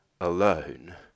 alone